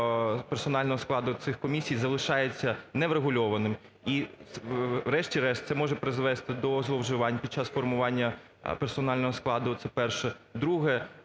персонального складу цих комісій залишається неврегульованим і, врешті-решт, це може призвести до зловживань під час формування персонального складу, це перше. Друге,